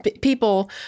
people